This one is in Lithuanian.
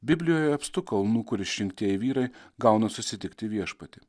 biblijoje apstu kalnų kur išrinktieji vyrai gauna susitikti viešpatį